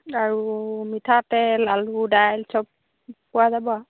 আৰু মিঠাতেল আলু দাইল চব পোৱা যাব আৰু